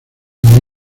con